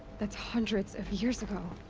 that's hundreds of years ago!